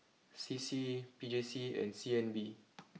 C C P J C and C N B